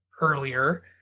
earlier